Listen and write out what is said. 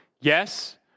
yes